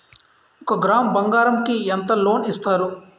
ఒక గ్రాము బంగారం కి ఎంత లోన్ ఇస్తారు?